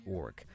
org